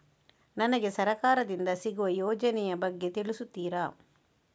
ನನಗೆ ಸರ್ಕಾರ ದಿಂದ ಸಿಗುವ ಯೋಜನೆ ಯ ಬಗ್ಗೆ ತಿಳಿಸುತ್ತೀರಾ?